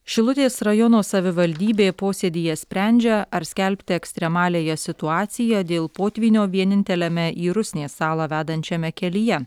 šilutės rajono savivaldybė posėdyje sprendžia ar skelbti ekstremaliąją situaciją dėl potvynio vieninteliame į rusnės salą vedančiame kelyje